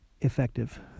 effective